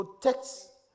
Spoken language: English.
protects